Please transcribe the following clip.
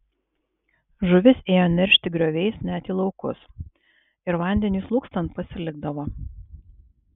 žuvis ėjo neršti grioviais net į laukus ir vandeniui slūgstant pasilikdavo